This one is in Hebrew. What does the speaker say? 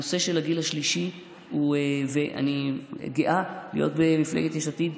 הנושא של הגיל השלישי אני גאה להיות במפלגת יש עתיד,